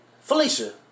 Felicia